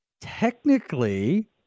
technically